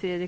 på.